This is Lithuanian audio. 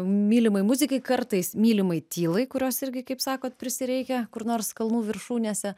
mylimai muzikai kartais mylimai tylai kurios irgi kaip sakot prisireikia kur nors kalnų viršūnėse